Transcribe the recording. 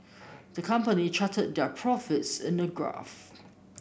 the company charted their profits in a graph